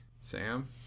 Sam